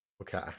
Okay